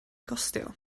gostio